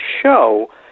show